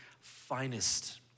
finest